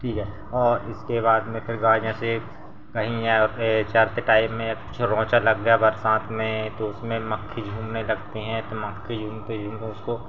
ठीक है और इसके बाद में फिर गाय जैसे कहीं है चरते टाइम में या कुछ रोंचा लग गया बरसात में तो उसमें मक्खी झूमने लगती हैं तो मक्खी झूमते झूमे उसको